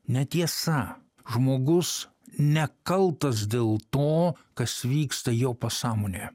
netiesa žmogus nekaltas dėl to kas vyksta jo pasąmonėje